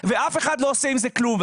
ואף אחד לא עושה עם זה כלום.